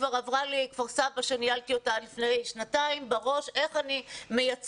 עברה לי כפר סבא אותה ניהלתי לפני שנתיים וחשבתי איך אני מייצרת